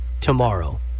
tomorrow